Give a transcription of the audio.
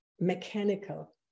mechanical